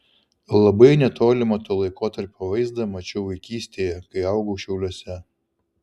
labai netolimą to laikotarpio vaizdą mačiau vaikystėje kai augau šiauliuose